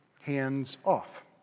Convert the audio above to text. hands-off